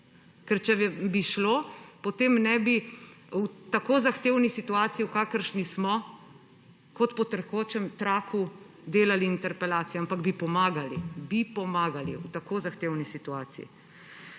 Ker če bi vam šlo, potem ne bi v tako zahtevni situaciji, v kakršni smo, kot po tekočem traku delali interpelacije, ampak bi pomagali. Bi pomagali v tako zahtevni situaciji.